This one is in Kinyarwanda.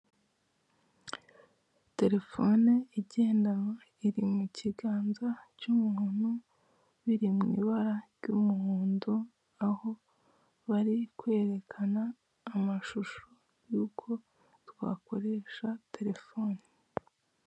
Telefone igendanwa, iri mu kiganza cy'umuntu, biri mu ibara ry'umuhondo, aho bari kwerekana amashusho y'uko twakoresha telefone.